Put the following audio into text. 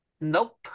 Nope